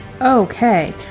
okay